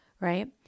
Right